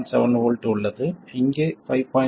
7 V உள்ளது இங்கே 5